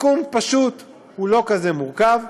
תיקון פשוט, הוא לא כזה מורכב,